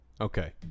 okay